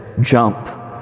jump